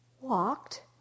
walked